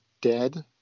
dead